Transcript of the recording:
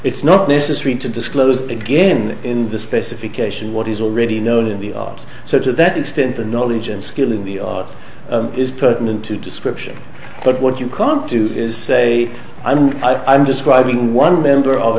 it's not necessary to disclose again in the specification what is already known in the us so to that extent the knowledge and skill of the author is pertinent to description but what you can't do is say i'm i'm describing one member of